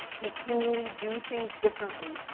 continually do things differently,